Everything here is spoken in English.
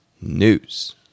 news